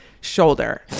shoulder